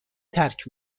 ترک